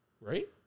Right